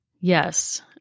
yes